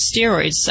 steroids